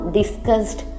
discussed